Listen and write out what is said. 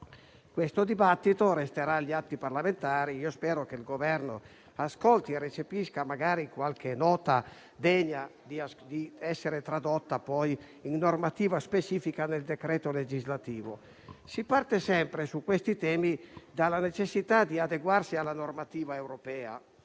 Questo dibattito resterà agli atti parlamentari e spero che il Governo ascolti e recepisca magari qualche nota degna di essere tradotta poi in normativa specifica nel decreto legislativo. Su questi temi si parte sempre dalla necessità di adeguarsi alla normativa europea,